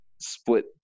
split